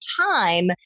time